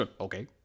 Okay